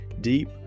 deep